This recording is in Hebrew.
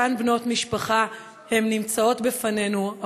אותן בנות משפחה נמצאות לפנינו,